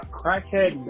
crackhead